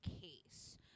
case